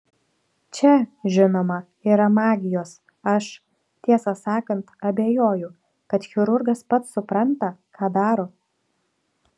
čia žinoma yra magijos aš tiesą sakant abejoju kad chirurgas pats supranta ką daro